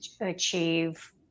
achieve